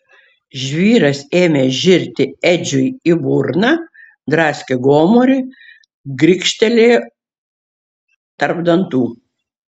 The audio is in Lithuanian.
žvyras ėmė žirti edžiui į burną draskė gomurį grikštelėjo tarp dantų